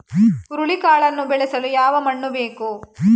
ಹುರುಳಿಕಾಳನ್ನು ಬೆಳೆಸಲು ಯಾವ ಮಣ್ಣು ಬೇಕು?